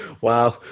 Wow